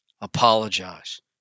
apologize